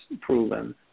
proven